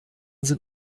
sind